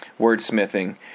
wordsmithing